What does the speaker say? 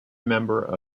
member